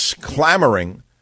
clamoring